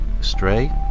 Stray